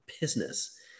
business